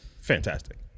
Fantastic